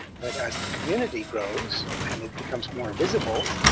that as the community grows and it becomes more visible,